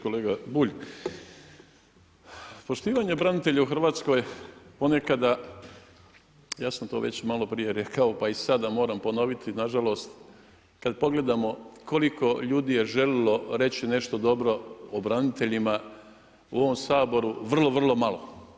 Kolega Bulj, poštivanje branitelja u Hrvatskoj ponekada, ja sam to već malo prije rekao, pa i sada moram ponoviti nažalost, kada pogledamo koliko ljudi je željelo reći nešto dobro o braniteljima u ovom Saboru, vrlo, vrlo malo.